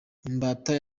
imbata